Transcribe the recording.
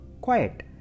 Quiet